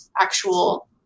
actual